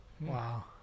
Wow